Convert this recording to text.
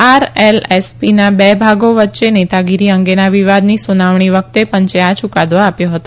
આરએલએસપીના બે ભાગો વચ્ચે નેતાગીરી અંગેના વિવાદની સુનાવણી વખતે પંચે આ યુકાદો આપ્યો હતો